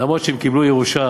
למרות שהם קיבלו ירושה